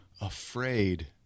afraid